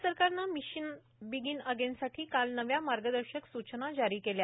राज्य सरकारनं mission begin अगेनसाठी काल नव्या मार्गदर्शक सूचना जारी केल्या